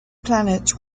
planet